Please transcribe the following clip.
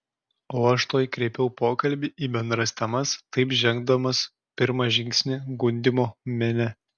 o aš tuoj kreipiau pokalbį į bendras temas taip žengdamas pirmą žingsnį gundymo mene